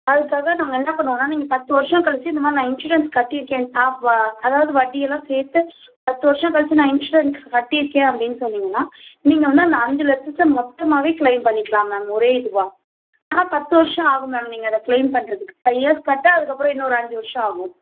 அதுக்காக நாங்கள் என்ன பண்ணுவோன்னா நீங்கள் பத்து வருஷம் கழிச்சி இந்தமாதிரி நான் இன்சூரன்ஸ் கட்டி இருக்கேன் அதாவது வட்டியெல்லாம் சேர்த்து பத்து வருஷம் கழிச்சி நான் இன்சூரன்ஸ் கட்டி இருக்கேன் அப்படின்னு சொன்னீங்கன்னா நீங்கள் வந்து அந்த அஞ்சு லட்சத்தை மொத்தமாகவே க்ளைம் பண்ணிக்கலாம் மேம் ஒரே இதுவாக ஆனால் பத்து வருஷம் ஆகும் மேம் நீங்கள் அதை க்ளைம் பண்ணுறதுக்கு ஃபைவ் இயர்ஸ் கட்ட அதற்கப்பறம் இன்னொரு அஞ்சு வருஷம் ஆகும்